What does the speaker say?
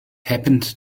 happened